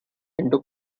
into